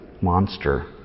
monster